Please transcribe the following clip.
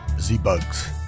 Z-Bugs